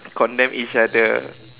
condemn each other